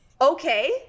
Okay